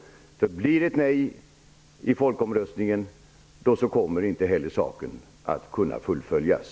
Blir det ett nej i folkomröstningen kommer inte saken att kunna fullföljas.